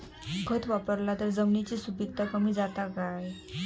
खत वापरला तर जमिनीची सुपीकता कमी जाता काय?